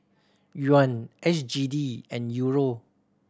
Yuan S G D and Euro